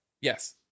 Yes